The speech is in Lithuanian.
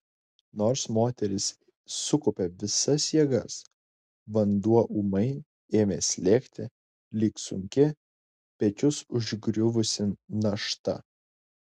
nors moteris sukaupė visas jėgas vanduo ūmai ėmė slėgti lyg sunki pečius užgriuvusi našta